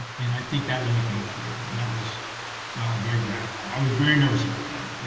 and i think that really came through. that was very gratifying. i was very nervous about that,